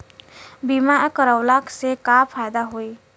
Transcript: बीमा करवला से का फायदा होयी?